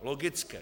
Logický.